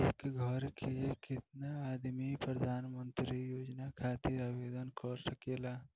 एक घर के केतना आदमी प्रधानमंत्री योजना खातिर आवेदन कर सकेला?